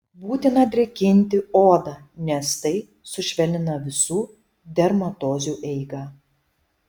būtina drėkinti odą nes tai sušvelnina visų dermatozių eigą